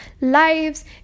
lives